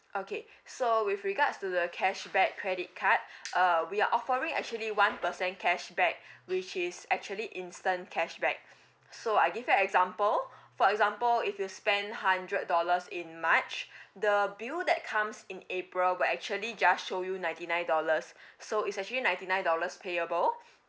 okay so with regards to the cashback credit card uh we are offering actually one percent cashback which is actually instant cashback so I give you example for example if you spend hundred dollars in march the bill that comes in april will actually just show you ninety nine dollars so is actually ninety nine dollars payable